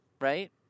right